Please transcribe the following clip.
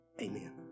Amen